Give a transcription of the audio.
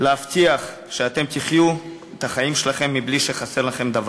להבטיח שאתם תחיו את החיים שלכם בלי שחסר לכם דבר.